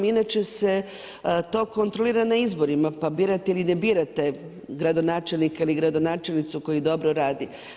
Inače se to kontrolira na izborima, pa birate ili ne birate gradonačelnika ili gradonačelnicu koji dobro radi.